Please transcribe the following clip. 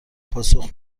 پاسخ